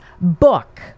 book